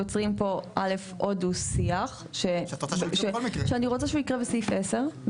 יוצרים פה עוד דו שיח שאני רוצה שהוא יקרה בסעיף (10).